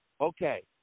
Okay